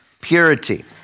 purity